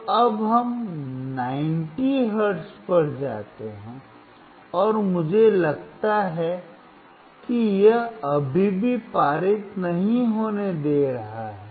तो अब हम 90 हर्ट्ज पर जाते हैं और मुझे लगता है कि यह अभी भी पारित नहीं होने दे रहा है